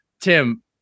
Tim